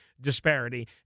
disparity